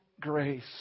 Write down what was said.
grace